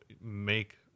make